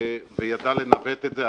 וידע לנווט את זה.